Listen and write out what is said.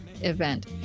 event